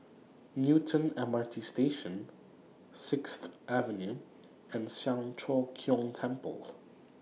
Newton M R T Station Sixth Avenue and Siang Cho Keong Temple